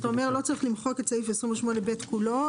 אתה אומר שלא צריך למחוק את סעיף 28ב כולו,